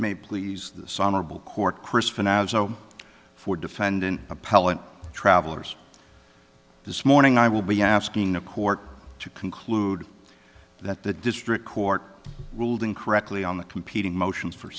may please this honorable court chris for now so for defendant appellate travelers this morning i will be asking the court to conclude that the district court ruled in correctly on the competing motions for